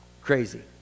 Crazy